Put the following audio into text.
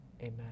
Amen